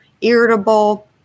irritable